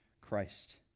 Christ